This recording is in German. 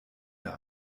mir